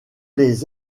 les